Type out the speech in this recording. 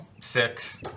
six